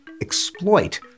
exploit